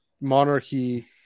monarchy